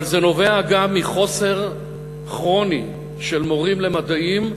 אבל זה נובע גם מחוסר כרוני של מורים למדעים,